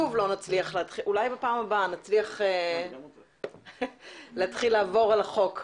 אולי בפעם הבאה נצליח להגיע לסעיפי החוק.